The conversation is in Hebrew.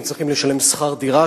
הם צריכים לשלם שכר דירה,